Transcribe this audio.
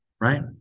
right